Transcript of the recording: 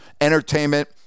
entertainment